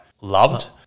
loved